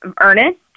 Ernest